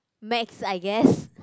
Max I guess